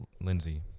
Lindsey